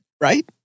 Right